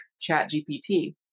ChatGPT